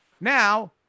now